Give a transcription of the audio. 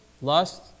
Lust